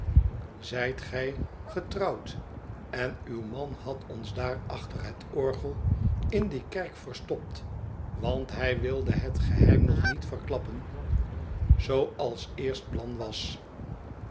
zijt gij getrouwd en uw man had ons daar achter het orgel in die kerk verstopt want hij wilde het geheim nog niet verklappen zooals eexst plan was